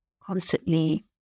constantly